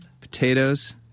Potatoes